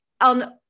On